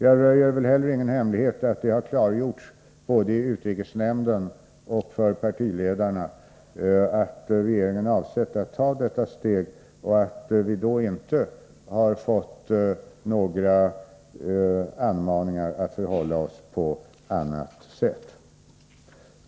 Jag röjer väl heller ingen hemlighet om jag säger att det har klargjorts både i utrikesnämnden och inför partiledarna att regeringen avser att ta detta steg och att vi då inte har fått några anmaningar att förhålla oss på annat sätt.